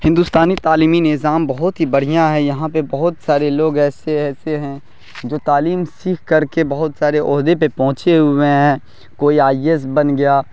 ہندوستانی تعلیمی نظام بہت ہی بڑھیا ہے یہاں پہ بہت سارے لوگ ایسے ایسے ہیں جو تعلیم سیکھ کر کے بہت سارے عہدے پہ پہنچے ہوئے ہیں کوئی آئی اے ایس بن گیا